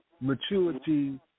maturity